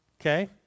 Okay